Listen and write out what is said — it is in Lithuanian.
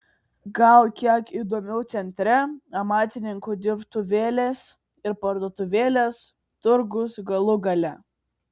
gal kiek įdomiau centre amatininkų dirbtuvėlės ir parduotuvėlės turgus galų gale